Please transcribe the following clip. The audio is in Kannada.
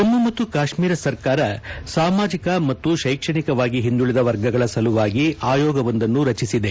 ಜಮ್ಮ ಮತ್ತು ಕಾಶ್ಮೀರ ಸರ್ಕಾರ ಸಾಮಾಜಿಕ ಮತ್ತು ಶೈಕ್ಷಣಿಕವಾಗಿ ಹಿಂದುಳಿದ ವರ್ಗಗಳ ಸಲುವಾಗಿ ಆಯೋಗವೊಂದನ್ನು ರಚಿಸಿದೆ